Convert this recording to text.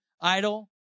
idle